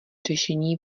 řešení